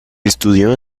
estudió